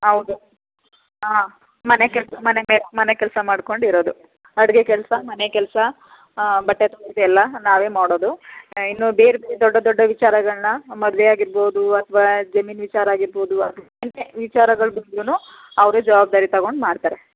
ಹೌದು ಹಾಂ ಮನೆ ಕೆಲಸ ಮನೆಗೆ ಮನೆ ಕೆಲಸ ಮಾಡ್ಕೊಂಡು ಇರೋದು ಅಡುಗೆ ಕೆಲಸ ಮನೆ ಕೆಲಸ ಬಟ್ಟೆ ತೊಳೆಯೋದು ಎಲ್ಲ ನಾವೇ ಮಾಡೋದು ಇನ್ನೂ ಬೇರೆಬೇರೆ ದೊಡ್ಡ ದೊಡ್ಡ ವಿಚಾರಗಳನ್ನ ಮದುವೆ ಆಗಿರ್ಬೋದು ಅಥವಾ ಜಮೀನು ವಿಚಾರ ಆಗಿರ್ಬೋದು ವಿಚಾರಗಳಿದ್ದರೂನು ಅವರೇ ಜವಾಬ್ದಾರಿ ತೊಗೊಂಡು ಮಾಡ್ತಾರೆ